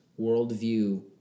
worldview